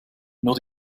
nur